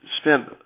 spent